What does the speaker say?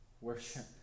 worship